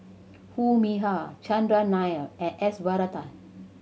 Foo Mee Har Chandran Nair and S Varathan